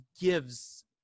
gives